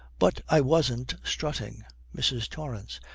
but i wasn't strutting mrs. torrance.